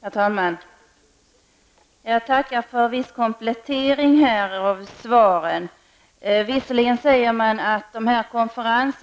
Herr talman! Jag tackar för viss komplettering av svaret. Visserligen säger statsrådet att man skall avvakta